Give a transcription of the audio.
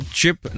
chip